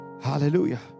Hallelujah